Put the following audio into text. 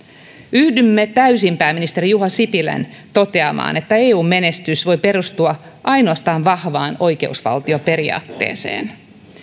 yhdymme täysin pääministeri juha sipilän toteamaan että eun menestys voi perustua ainoastaan vahvaan oikeusvaltioperiaatteeseen